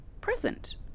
present